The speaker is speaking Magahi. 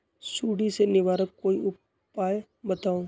सुडी से निवारक कोई उपाय बताऊँ?